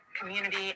community